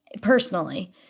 personally